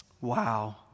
Wow